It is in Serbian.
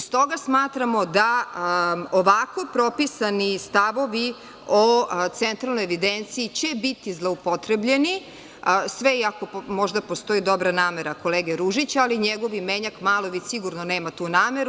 Stoga smatramo da ovako propisani stavovi o Centralnoj evidenciji će biti zloupotrebljeni, sve i ako možda postoji dobra namera kolege Ružića, ali njegov imenjak Malović sigurno nema tu nameru.